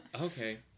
Okay